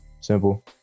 Simple